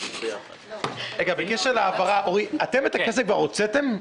אורי, בקשר להעברה אתם את הכסף כבר הוצאתם?